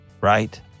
right